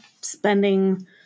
spending